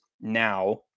now